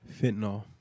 fentanyl